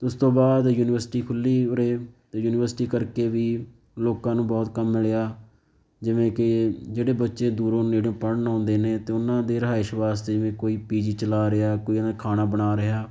ਉਸ ਤੋਂ ਬਾਅਦ ਯੂਨੀਵਰਸਿਟੀ ਖੁੱਲ੍ਹੀ ਉਰੇ ਅਤੇ ਯੂਨੀਵਰਸਿਟੀ ਕਰਕੇ ਵੀ ਲੋਕਾਂ ਨੂੰ ਬਹੁਤ ਕੰਮ ਮਿਲਿਆ ਜਿਵੇਂ ਕਿ ਜਿਹੜੇ ਬੱਚੇ ਦੂਰੋਂ ਨੇੜਿਓਂ ਪੜ੍ਹਨ ਆਉਂਦੇ ਨੇ ਤਾਂ ਉਹਨਾਂ ਦੇ ਰਿਹਾਇਸ਼ ਵਾਸਤੇ ਵੀ ਕੋਈ ਪੀ ਜੀ ਚਲਾ ਰਿਹਾ ਕੋਈ ਖਾਣਾ ਬਣਾ ਰਿਹਾ